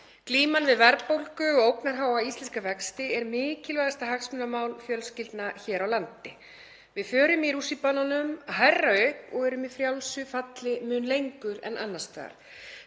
Glíman við verðbólgu og ógnarháa íslenska vexti er mikilvægasta hagsmunamál fjölskyldna hér á landi. Við förum hærra upp í rússíbananum og erum í frjálsu falli mun lengur en annars staðar.